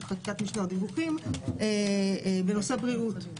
של חקיקת משנה או דיווחים בנושא בריאות.